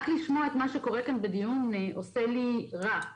רק לשמוע את מה שקורה כאן בדיון עושה לי רע.